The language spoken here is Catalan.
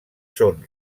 són